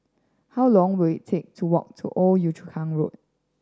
how long will it take to walk to Old Yio Chu Kang Road